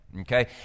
okay